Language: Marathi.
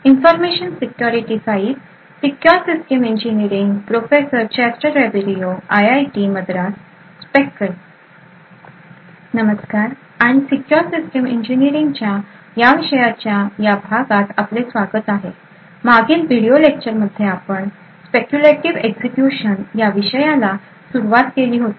नमस्कार आणि सीक्युर सिस्टीम इंजीनियरिंग या विषयाच्या या भागात आपले स्वागत आहे मागील व्हिडिओ लेक्चरमध्ये आपण स्पेक्यूलेटीव्ह एक्झिक्युशन या विषयाला सुरुवात केली होती